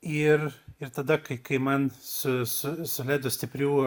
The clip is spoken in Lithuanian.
ir ir tada kai kai man su suleido stiprių